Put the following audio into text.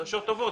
חדשות טובות.